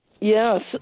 Yes